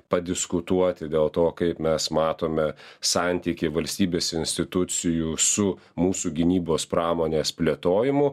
padiskutuoti dėl to kaip mes matome santykį valstybės institucijų su mūsų gynybos pramonės plėtojimu